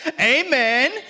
amen